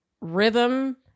rhythm